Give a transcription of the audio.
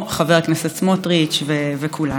חבר הכנסת סמוטריץ וכולנו.